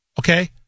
Okay